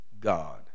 God